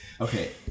Okay